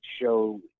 show